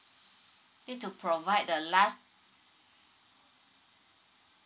need to provide the last